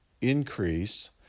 increase